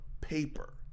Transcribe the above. paper